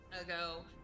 ago